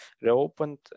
reopened